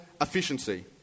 efficiency